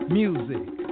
music